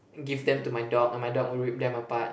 and give them to my dog and my dog will rip them apart